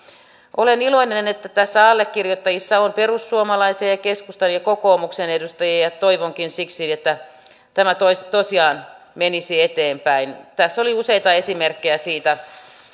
olen iloinen että allekirjoittajissa on perussuomalaisia ja keskustan ja kokoomuksen edustajia ja toivonkin siksi että tämä tosiaan menisi eteenpäin tässä oli useita esimerkkejä siitä